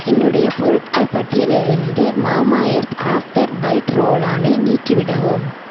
என்னுடைய பொருட்கள் பட்டியலில்லிருந்து மாமாஎர்த் ஆஃப்டர் பைட் ரோலானை நீக்கிவிடவும்